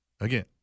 again